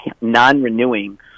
non-renewing